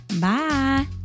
bye